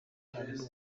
harimo